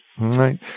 Right